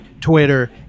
Twitter